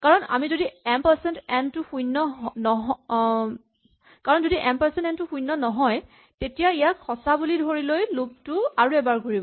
কাৰণ যদি M percent N টো শূণ্য নহয় তেতিয়া ইয়াক সঁচা বুলি ধৰি লৈ লুপ টো আৰু এবাৰ ঘূৰিব